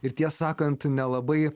ir tie sakant nelabai